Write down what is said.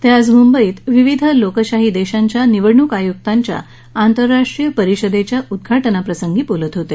ते आज मुंबईत विविध लोकशाही देशांच्या निवडणूक आयुक्तांच्या आंतरराष्ट्रीय परिषदेच्या उदघाटनाच्या वेळी बोलत होते